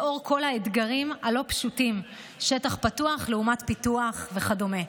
לאור כל האתגרים הלא-פשוטים שטח פתוח לעומת פיתוח וכדומה.